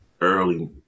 early